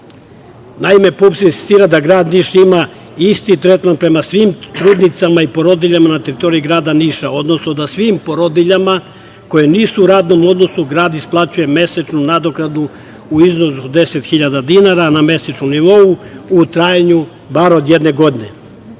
PUPS insistira da grad Niš ima isti tretman prema svim trudnicama i porodiljama na teritoriji grada Niša, odnosno da svim porodiljama koje nisu u radnom odnosu grad isplaćuje mesečnu nadoknadu u iznosu od 10.000 dinara na mesečnom nivou, a u trajanju od jedne godine.